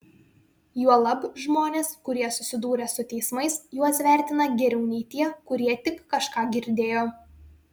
juolab žmonės kurie susidūrė su teismais juos vertina geriau nei tie kurie tik kažką girdėjo